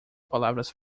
palavras